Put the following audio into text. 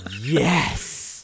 yes